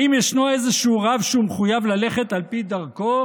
האם ישנו איזשהו רב שהוא מחויב ללכת על פי דרכו